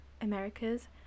Americas